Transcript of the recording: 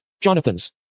Jonathan's